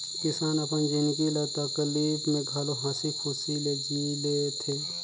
किसान अपन जिनगी ल तकलीप में घलो हंसी खुशी ले जि ले थें